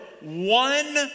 one